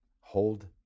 hold